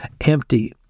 empty